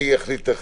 אחליט תכף.